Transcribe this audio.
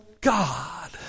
God